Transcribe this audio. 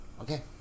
Okay